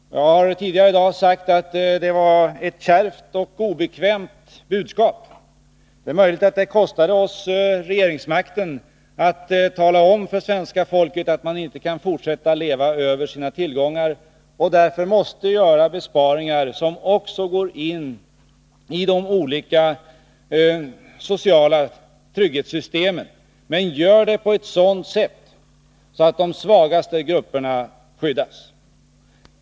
Jag har tidigare i dag sagt att det var ett kärvt och obekvämt budskap. Det är möjligt att det kostade oss regeringsmakten att tala om för svenska folket att man inte kan fortsätta att leva över sina tillgångar och att vi därför måste göra besparingar som också går in i de olika sociala trygghetssystemen men gör det på ett sådant sätt att de svagaste grupperna skyddas.